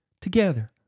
together